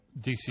DC